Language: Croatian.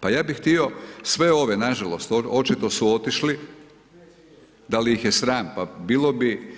Pa ja bi htio sve ove, nažalost, očito su otišli, da li ih je sram, pa bilo bi